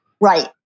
Right